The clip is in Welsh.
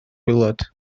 gwaelod